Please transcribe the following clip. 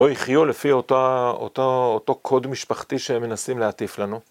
או יחיו לפי אותו קוד משפחתי שהם מנסים להטיף לנו.